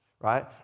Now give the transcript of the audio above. right